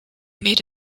made